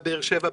בבאר שבע,